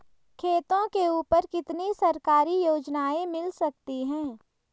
खेतों के ऊपर कितनी सरकारी योजनाएं मिल सकती हैं?